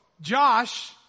Josh